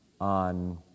on